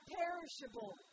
perishable